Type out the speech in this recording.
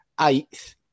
eighth